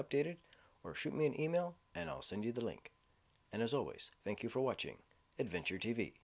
updated or shoot me an email and i'll send you the link and as always thank you for watching adventure t